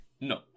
No